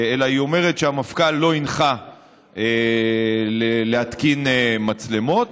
אלא היא אומרת שהמפכ"ל לא הנחה להתקין מצלמות,